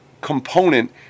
component